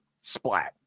splat